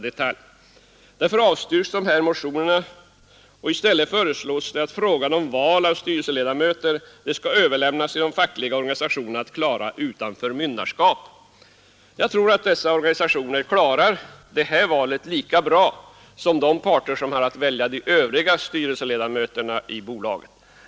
Därför avstyrks dessa motioner, och i stället föreslås att frågan om val av styrelseledamöter skall överlämnas till de fackliga organisationerna att klara utan förmynderskap. Jag tror att de fackliga organisationerna klarar det här valet lika bra som de parter som har att välja de övriga styrelseledamöterna i bolaget.